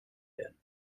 werden